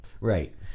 right